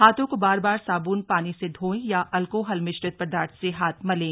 हांथों को बार बार साबुन पानी से धोएं या अल्कोहल मिश्रित पदार्थ से हाथ मलें